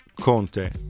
Conte